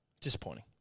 Disappointing